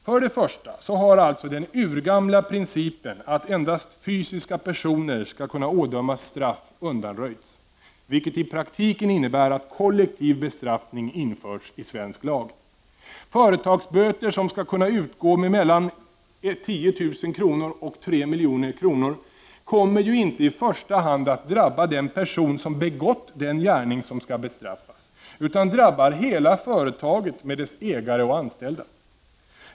För det första har alltså den urgamla principen att endast fysiska personer skall kunna ådömas straff undanröjts, vilket i praktiken innebär att kollektiv bestraffning införts i svensk lag. Företagsböter, som skall kunna utgå med mellan 10 000 och 3 milj.kr., kommer ju inte i första hand att drabba den person som begått den gärning som skall bestraffas, utan de drabbar hela företaget med dess ägare och anställda.